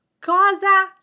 Cosa